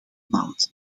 maand